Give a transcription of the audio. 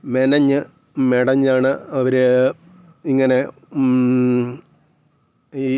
എല്ലാ ചിത്രത്തിലും ഇങ്ങനെ എന്തെങ്കിലും ഒക്കെ മീനിംഗ് വരുന്ന രീതിയില് ചിത്രം വരയ്ക്കാം എന്നു തോന്നി